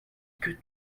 que